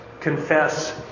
confess